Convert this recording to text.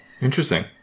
interesting